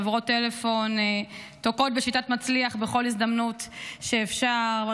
חברות טלפון תוקעות בשיטת מצליח בכל הזדמנות שאפשר,